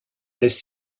laisse